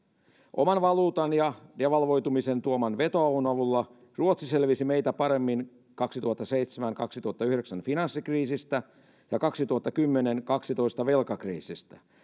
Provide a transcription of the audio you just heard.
oman valuutan ja devalvoitumisen tuoman vetoavun avulla ruotsi selvisi meitä paremmin kaksituhattaseitsemän viiva kaksituhattayhdeksän finanssikriisistä ja kaksituhattakymmenen viiva kaksitoista velkakriisistä